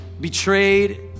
betrayed